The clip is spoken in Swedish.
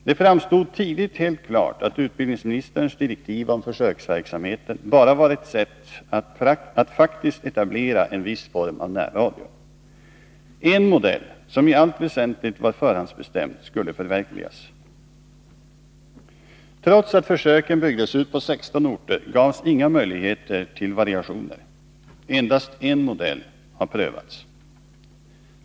Det framstod tidigt som helt klart att utbildningsministerns direktiv om försöksverksamheten bara var ett sätt att faktiskt etablera en viss form av närradio. En modell som i allt väsentligt var förhandsbestämd skulle förverkligas. Trots att försöken byggdes ut på 16 orter gavs inga möjligheter till variation. Endast en modell har prövats.